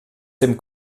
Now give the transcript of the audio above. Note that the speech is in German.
dem